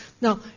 Now